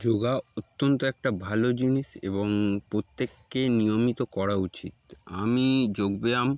যোগা অত্যন্ত একটা ভালো জিনিস এবং প্রত্যেককে নিয়মিত করা উচিত আমি যোগব্যায়াম